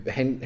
Han